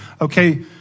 Okay